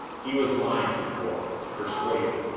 he was lying to de boer, to persuade him.